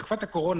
גם בתקופת הקורונה,